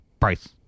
price